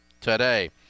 today